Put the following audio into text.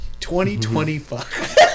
2025